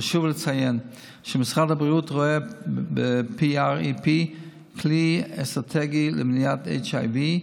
חשוב לציין שמשרד הבריאות רואה ב-PrEP כלי אסטרטגי למניעת HIV,